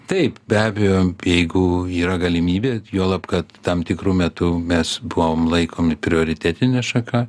taip be abejo jeigu yra galimybė juolab kad tam tikru metu mes buvom laikomi prioritetine šaka